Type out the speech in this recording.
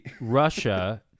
Russia